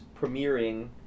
premiering